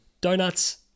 donuts